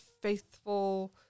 faithful